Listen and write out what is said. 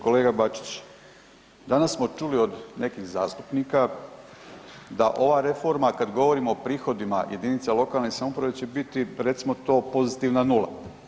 Kolega Bačić, danas smo čuli od nekih zastupnika da ova reforma kad govorimo o prihodima jedinica lokalne samouprave će biti recimo to pozitivna nula.